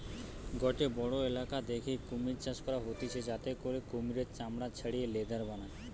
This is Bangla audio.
গটে বড়ো ইলাকা দ্যাখে কুমির চাষ করা হতিছে যাতে করে কুমিরের চামড়া ছাড়িয়ে লেদার বানায়